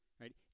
right